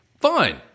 Fine